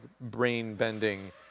brain-bending